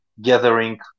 gathering